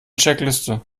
checkliste